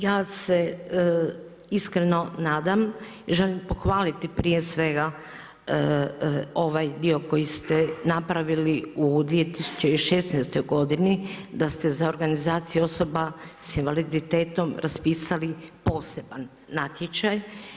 Ja se iskreno nadam i želim pohvaliti prije svega ovaj dio koji ste napravili u 2016. godini da ste za organizaciju osoba sa invaliditetom raspisali poseban natječaj.